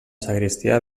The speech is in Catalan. sagristia